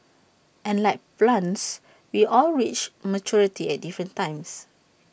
and like plants we all reach maturity at different times